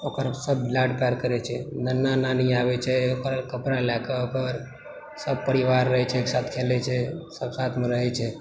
ओकर सभ लाड प्यार करय छै नाना नानी आबय छै ओकर कपड़ा लयके ओकर सपरिवार रहय छै सभ एक साथ खेलय छै सभ साथमे रहय छै